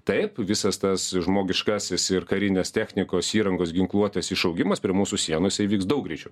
taip visas tas žmogiškasis ir karinės technikos įrangos ginkluotės išaugimas prie mūsų sienos įvyks daug greičiau